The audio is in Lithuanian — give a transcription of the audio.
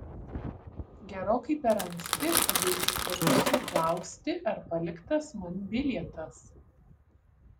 gerokai per anksti kad eičiau prie kasų klausti ar paliktas man bilietas